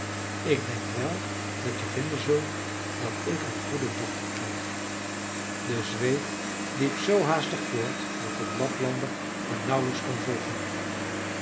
ik denk wel dat je vinden zult dat ik een goede dochter krijg de zweed liep zoo haastig voort dat de laplander hem nauwelijks kon volgen